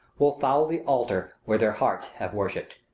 will foul the altar where their hearts have worshipped.